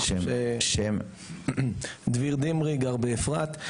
אני דביר דמיר, גר באפרת.